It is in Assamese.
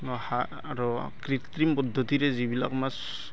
আৰু কৃৃত্ৰিম পদ্ধতিৰে যিবিলাক মাছ